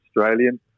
Australian